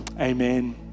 Amen